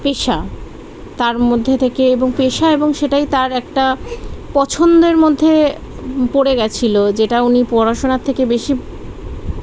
পেশা তার মধ্যে থেকে এবং পেশা এবং সেটাই তার একটা পছন্দের মধ্যে পড়ে গেছিলো যেটা উনি পড়াশোনার থেকে বেশি